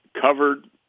covered